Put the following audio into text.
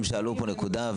הם שאלו פה נקודה,